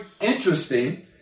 interesting